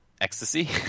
Ecstasy